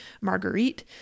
Marguerite